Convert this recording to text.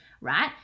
right